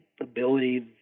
ability